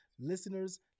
listeners